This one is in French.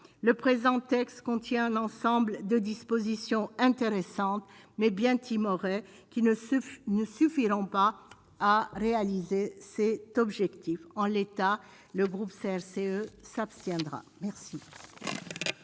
le présent texte contient un ensemble de dispositions intéressantes mais bien timorés qui ne se ne suffiront pas à réaliser, c'est objectif en l'état, le groupe CRCE s'abstiendra merci.